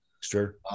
Sure